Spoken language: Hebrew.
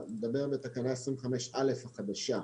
אני מדבר בתקנה 25(א) החדשה.